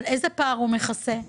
מה הפער שמכסים עליו,